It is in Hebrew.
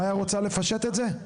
מאיה, רוצה לפשט את זה?